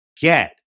get